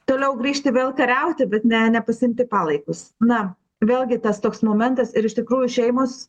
toliau grįžti vėl kariauti bet ne ne pasiimti palaikus na vėlgi tas toks momentas ir iš tikrųjų šeimos